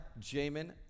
Jamin